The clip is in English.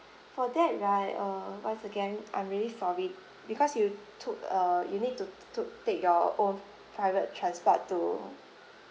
for that right uh once again I'm really sorry because you took a you need to took take your own private transport to